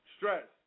Stress